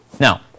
Now